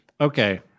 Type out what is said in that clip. Okay